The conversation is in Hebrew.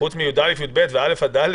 פרט לכיתות י"א-י"ב וכיתות א' ד',